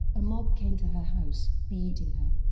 a mob came to her house, beating her